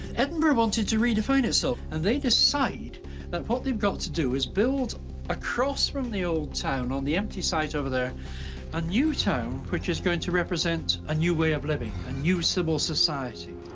edinburgh wanted to redefine itself, and they decide that what they've got to do is build across from the old town on the empty site over there a new town which is going to represent a new way of living, a new civil society.